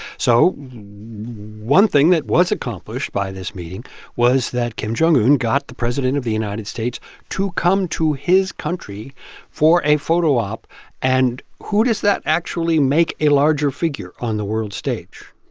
so one thing that was accomplished by this meeting was that kim jong un got the president of the united states to come to his country for a photo-op. and who does that actually make a larger figure on the world stage?